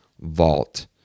vault